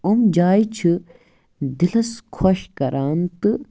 یِم جایہِ چھِ دِلَس خۄش کران تہٕ